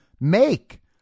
make